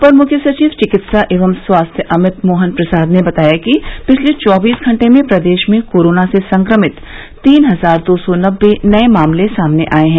अपर मुख्य सचिव चिकित्सा एवं स्वास्थ्य अमित मोहन प्रसाद ने बताया कि पिछले चौबीस घंटे में प्रदेश में कोरोना से संक्रमित तीन हजार दो सौ नब्बे नये मामले सामने आये हैं